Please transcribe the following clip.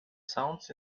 sounds